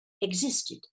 existed